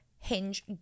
Hinge